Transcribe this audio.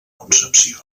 concepció